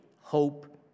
hope